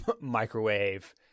microwave